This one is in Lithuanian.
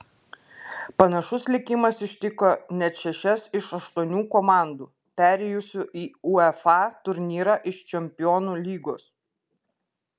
panašus likimas ištiko net šešias iš aštuonių komandų perėjusių į uefa turnyrą iš čempionų lygos